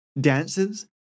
dances